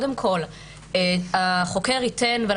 הוא שקודם כל החוקר ייתן זמן לנפגעת.